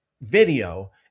video